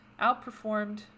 outperformed